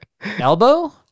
Elbow